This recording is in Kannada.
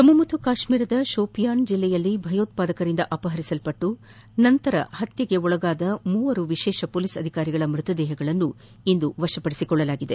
ಜಮ್ಮು ಮತ್ತು ಕಾಶ್ಟೀರದ ಶೋಪಿಯಾನ್ ಜಿಲ್ಲೆಯಲ್ಲಿ ಭಯೋತ್ವಾದಕರಿಂದ ಅಪಹರಿಸಲ್ಪಟ್ಟು ಹತ್ಯೆಗೀಡಾಗಿರುವ ಮೂವರು ವಿಶೇಷ ಪೊಲೀಸ್ ಅಧಿಕಾರಿಗಳ ಮೃತ ದೇಹಗಳನ್ನು ಇಂದು ವಶಪಡಿಸಿಕೊಳ್ಳಲಾಗಿದೆ